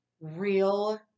real